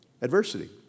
Adversity